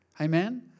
Amen